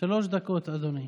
שלוש דקות, אדוני.